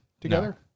together